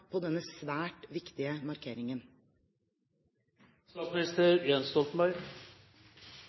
på denne svært viktige